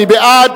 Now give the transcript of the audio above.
מי בעד?